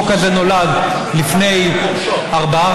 החוק הזה נולד לפני ארבעה,